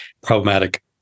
problematic –